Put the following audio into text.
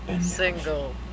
single